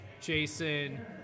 jason